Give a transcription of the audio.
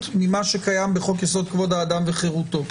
ממה שקיים בחוק-יסוד: כבוד האדם וחירותו.